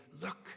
look